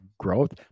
growth